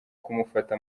kumufata